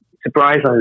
surprisingly